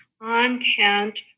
content